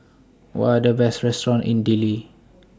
What Are The Best restaurants in Dili